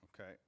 Okay